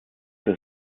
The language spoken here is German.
zur